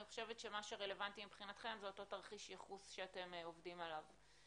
אני חושבת שמה שרלוונטי מבחינתכם זה אותו תרחיש ייחוס שאתם עובדים עליו.